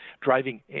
driving